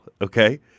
Okay